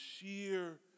sheer